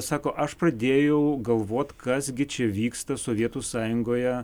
sako aš pradėjau galvot kas gi čia vyksta sovietų sąjungoje